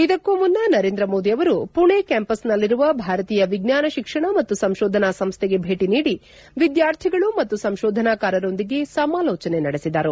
ಇದಕ್ಕೂ ಮುನ್ನ ನರೇಂದ್ರ ಮೋದಿ ಅವರು ಪುಣೆ ಕ್ಯಾಂಪಸ್ನಲ್ಲಿರುವ ಭಾರತೀಯ ವಿಜ್ಞಾನ ಶಿಕ್ಷಣ ಮತ್ತು ಸಂಶೋಧನಾ ಸಂಸ್ಥೆಗೆ ಭೇಟ ನೀಡಿ ವಿದ್ಯಾರ್ಥಿಗಳು ಮತ್ತು ಸಂಶೋಧನಾಕಾರರೊಂದಿಗೆ ಸಮಾಲೋಚನೆ ನಡೆಸಿದರು